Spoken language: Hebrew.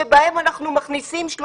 ממך אנחנו רק צריכים את המהירות.